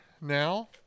now